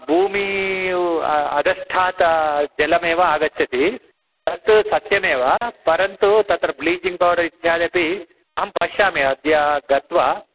भूम्याः अधस्तात् जलमेव आगच्छति तत् सत्यमेव परन्तु तत्र ब्लीचिङ् पौडर् इत्यादि अपि अहं पश्यामि अद्य गत्वा